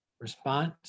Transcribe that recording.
response